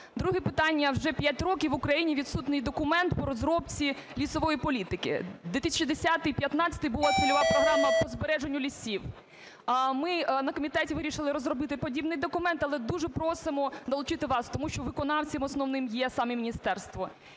Друге питання. Вже 5 років в Україні відсутній документ по розробці лісової політики. 2010-2015 була цільова програма по збереженню лісів. Ми на комітеті вирішили розробити подібний документ, але дуже просимо долучитись вас, тому що виконавцем основним є саме міністерство.